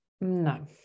No